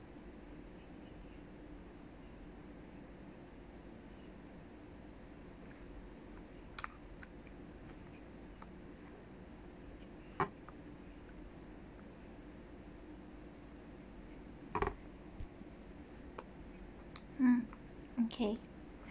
mm okay